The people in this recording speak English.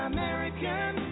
American